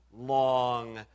long